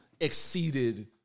exceeded